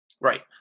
Right